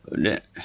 then~